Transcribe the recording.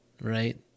right